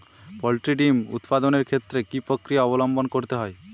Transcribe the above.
Poultry ডিম উৎপাদনের ক্ষেত্রে কি পক্রিয়া অবলম্বন করতে হয়?